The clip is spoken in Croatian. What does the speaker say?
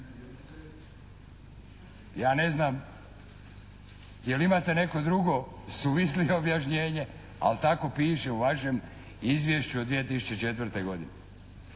Ja ne znam je li imate neko drugo suvislije objašnjenje, ali tako piše u vašem izvješću od 2004. godine.